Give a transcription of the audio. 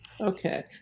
okay